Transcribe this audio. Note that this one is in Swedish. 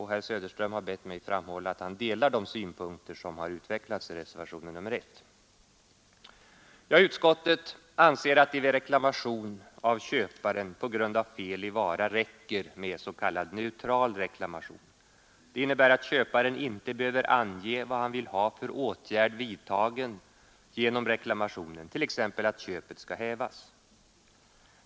Herr Söderström har bett mig framhålla att han delar de synpunkter som utvecklats i reservationen 1. Utskottet anser, att det vid reklamation av köparen på grund av fel i vara, räcker med s.k. neutral reklamation. Det innebär att köparen inte behöver ange vad han vill ha för åtgärd vidtagen genom reklamationen, t.ex. att köpet skall hävas.